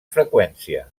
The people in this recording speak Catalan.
freqüència